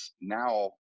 now